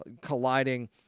colliding